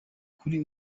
kuri